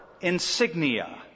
insignia